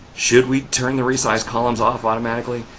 should we turn the resize columns off automatically?